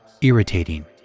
irritating